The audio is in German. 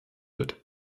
wird